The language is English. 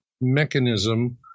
mechanism